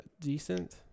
decent